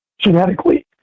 genetically